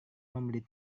membeli